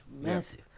massive